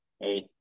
Hey